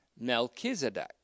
Melchizedek